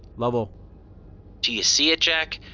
lovell do you see it, jack?